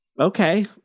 Okay